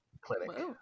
clinic